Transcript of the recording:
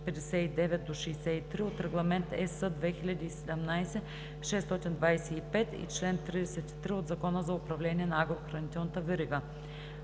от Регламент (ЕС) 2017/625 и чл. 33 от Закона за управление на агрохранителната верига.